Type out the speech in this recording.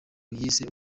yise